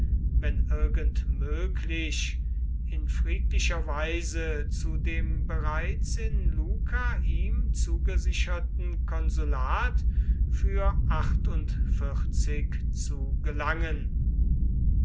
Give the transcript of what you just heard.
wenn irgend möglich in friedlicher weise zu dem bereits in luca ihm zugesicherten konsulat für zu gelangen